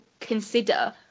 consider